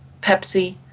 Pepsi